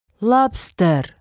Lobster